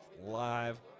live